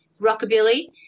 rockabilly